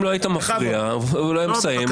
אם לא היית מפריע, והוא היה מסיים,